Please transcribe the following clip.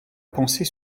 pensée